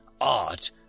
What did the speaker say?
art